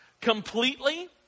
completely